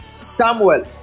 samuel